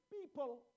people